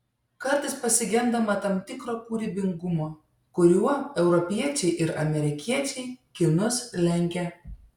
kartais pasigendama tam tikro kūrybingumo kuriuo europiečiai ir amerikiečiai kinus lenkia